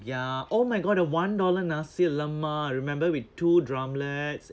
ya oh my god the one dollar nasi lemak I remember with two drumlets